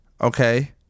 okay